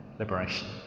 liberation